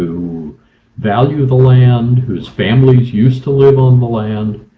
who value the land. whose families used to live on the land.